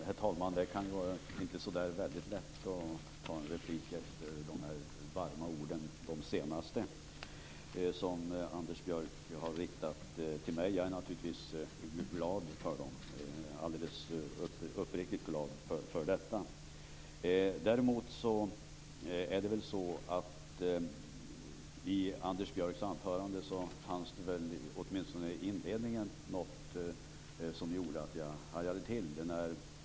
Herr talman! Det är inte så lätt att ta en replik efter de senaste varma orden som Anders Björck har riktat till mig. Jag är naturligtvis mycket glad för dem - alldeles uppriktigt glad. Däremot fanns det åtminstone i inledningen av Anders Björcks anförande något som gjorde att jag hajade till.